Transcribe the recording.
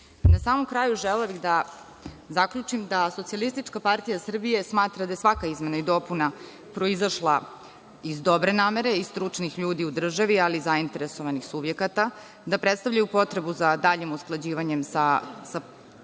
samom kraju želela bih da zaključim da SPS smatra da je svaka izmena i dopuna proizašla iz dobre namere i stručnih ljudi u državi, ali i zainteresovanih subjekata, da predstavljaju potrebu za daljim usklađivanjem sa komunitarnim